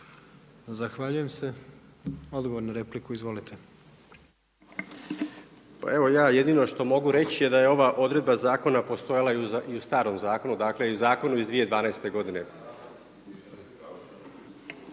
Zahvaljujem se. Odgovor na repliku. Izvolite,. **Tufekčić, Željko** Pa evo ja jedino što mogu reći da je ova odredba zakona postojala i u starom zakonu, dakle i u zakonu iz 2012. godine.